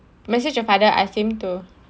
message your father ask him to